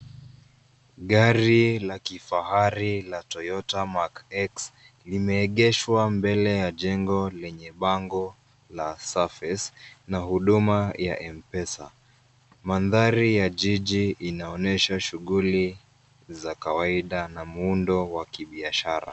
Gari la kifahari la Toyota Mark X limeegeshwa mbele ya jengo lenye bango la surface na huduma ya M-Pesa. Mandhari ya jiji inaonyesha shughuli za kawaida na muundo wa kibiashara.